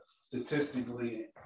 statistically